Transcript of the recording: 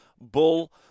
bull